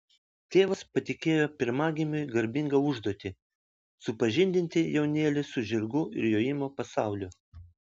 tėvas patikėjo pirmagimiui garbingą užduotį supažindinti jaunėlį su žirgų ir jojimo pasauliu